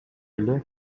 эле